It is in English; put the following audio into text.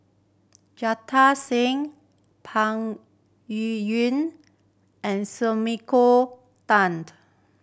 Jita Singh Peng Yuyun and Sumiko Tan